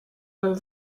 were